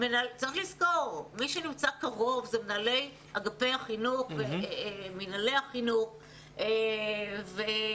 צריך לזכור שמנהלי אגפי החינוך ומינהלי החינוך הם אלו שנמצאים קרוב.